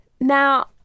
Now